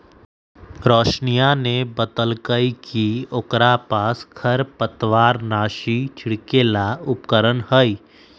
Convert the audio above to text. रोशिनीया ने बतल कई कि ओकरा पास खरपतवारनाशी छिड़के ला उपकरण हई